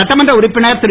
சட்டமன்ற உறுப்பினர் திரு